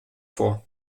vor